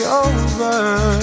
over